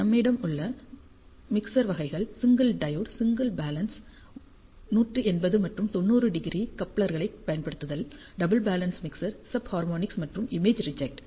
நம்மிடம் உள்ள மிக்சர் வகைகள் சிங்கிள் டையோடு சிங்கிள் பேலன்ஸ் 180 மற்றும் 90° கப்ளர்களைப் பயன்படுத்துதல் double balance mixer sub harmonic மற்றும் இமேஜ் ரிஜெக்ட்